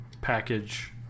package